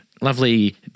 lovely